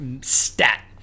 Stat